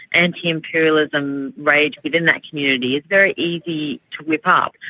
anti-imperialism rage within that community is very easy to whip up.